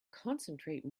concentrate